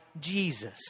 Jesus